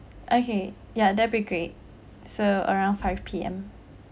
okay ya that'll be great so around five P_M